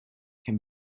can